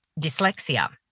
dyslexia